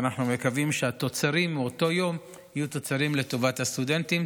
ואנחנו מקווים שהתוצרים מאותו יום יהיו תוצרים לטובת הסטודנטים.